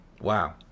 Wow